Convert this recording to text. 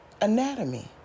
anatomy